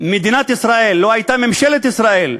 מדינת ישראל, לו הייתה ממשלת ישראל,